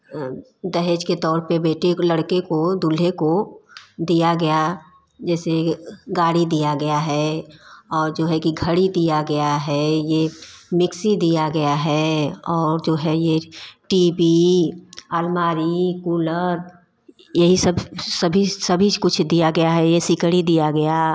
दहेज के तौर पर बेटे लड़के को दूल्हे को दिया गया जैसे गाड़ी दिया गया है और जो है कि घड़ी दिया गया है यह मिक्सी दिया गया है और जो है यह टी बी अलमारी कूलर यही सब सभी सभी कुछ दिया गया है यह सिकड़ी दिया गया